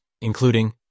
including